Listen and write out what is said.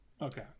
Okay